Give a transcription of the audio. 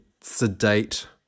sedate